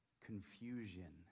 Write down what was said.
confusion